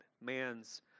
man's